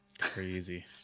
crazy